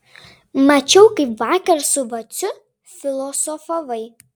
mačiau kaip vakar su vaciu filosofavai